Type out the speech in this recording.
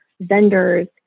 Vendors